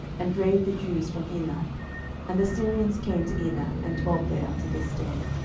and drave the jews from elath and the syrians came to elath, and dwelt there unto this day.